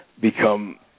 become